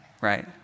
right